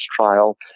trial